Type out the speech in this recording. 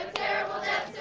terrible death